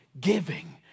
Giving